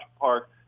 park